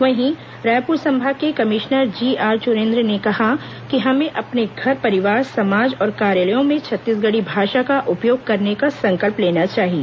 वहीं रायपुर संभाग के कमिश्नर जीआर चूरेन्द्र ने कहा कि हमें अपने घर परिवार समाज और कार्यालयों में छत्तीसगढ़ी भाषा का उपयोग करने का संकल्प लेना चाहिए